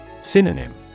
Synonym